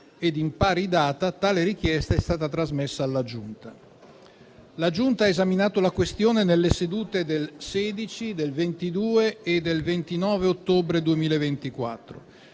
e, in pari data, tale richiesta è stata trasmessa alla Giunta. La Giunta ha esaminato la questione nelle sedute del 16, del 22 e del 29 ottobre 2024.